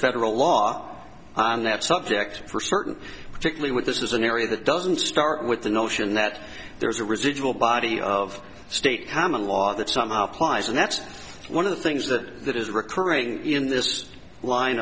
federal law on that subject for certain particularly with this is an area that doesn't start with the notion that there's a residual body of state common law that somehow applies and that's one of the things that that is recurring in this line